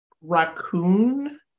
raccoon